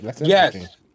Yes